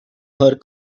her